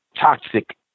toxic